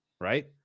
right